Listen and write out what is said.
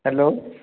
hello